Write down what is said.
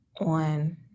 On